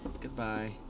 Goodbye